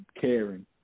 caring